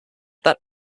that